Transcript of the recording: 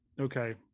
okay